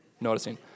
noticing